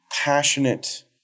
passionate